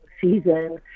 season